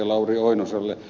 lauri oinoselle